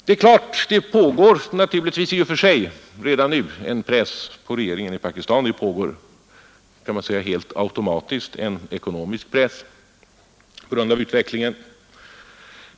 Det finns i och för sig redan nu en press på regeringen i Pakistan, en helt automatisk ekonomisk press som beror på utvecklingen.